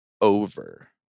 over